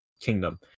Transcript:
kingdom